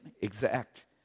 exact